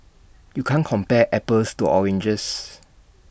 you can't compare apples to oranges